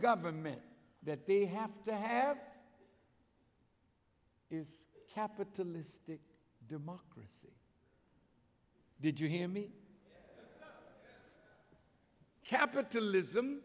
government that they have to have is capitalistic democracy did you hear me capitalism